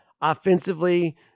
offensively